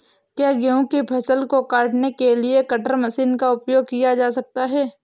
क्या गेहूँ की फसल को काटने के लिए कटर मशीन का उपयोग किया जा सकता है?